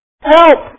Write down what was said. help